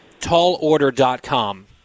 TallOrder.com